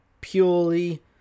purely